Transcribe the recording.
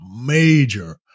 major